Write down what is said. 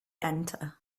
enter